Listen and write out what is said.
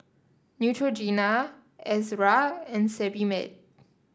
Neutrogena Ezerra and Sebamed